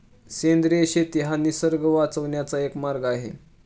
सेंद्रिय शेती हा निसर्ग वाचवण्याचा एक मार्ग आहे